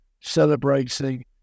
celebrating